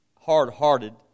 hard-hearted